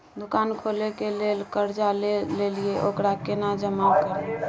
दुकान खोले के लेल कर्जा जे ललिए ओकरा केना जमा करिए?